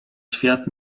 świat